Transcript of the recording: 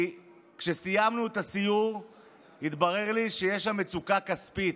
כי כשסיימנו את הסיור התברר לי שיש שם מצוקה כספית.